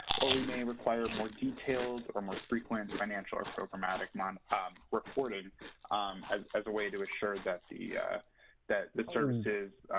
or we may require more detailed or more frequent financial or programmatic um reporting um as as a way to assure that the that the services,